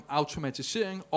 automatisering